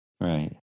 Right